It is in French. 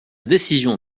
décision